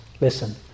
Listen